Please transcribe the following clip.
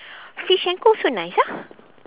Fish & Co. also nice ah